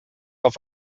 auf